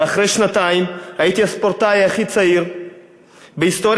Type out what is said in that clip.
ואחרי שנתיים הייתי הספורטאי הכי צעיר בהיסטוריה